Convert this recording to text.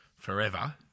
Forever